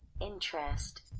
interest